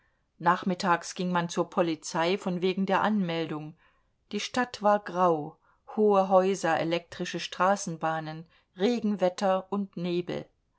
nachmittags ging man zur polizei von wegen der anmeldung die stadt war grau hohe häuser elektrische straßenbahnen regenwetter und nebel